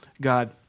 God